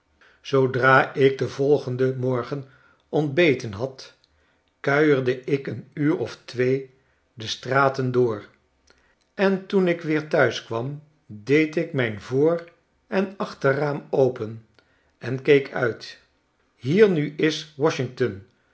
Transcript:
zoodra ik den volgenden morgen ontbeten had kuierde ik een uur of twee de straten door en toen ik weer thuis kwam deed ik mijn vo'oren achterraam open en keek uit hier nu is washington